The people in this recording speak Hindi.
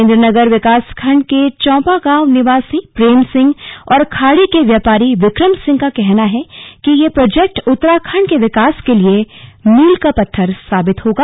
नरेंद्र नगर विकासखण्ड के चौंपा गांव निवासी प्रेम सिंह और खाड़ी के व्यापारी विक्रम सिंह का कहना है कि यह प्रोजेक्ट उत्तराखंड के विकास के लिए मील का पत्थर साबित होगा